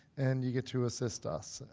and you get to assist us,